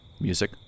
Music